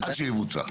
עד שיבוצע.